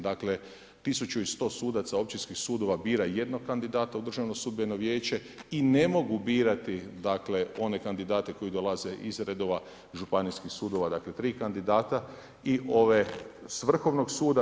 Dakle 1100 sudaca općinskih sudova bira jednog kandidata u Državno sudbeno vijeće i ne mogu birati dakle one kandidate koji dolaze iz redova županijskih sudova, dakle 3 kandidata i ove s Vrhovnog suda.